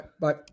Bye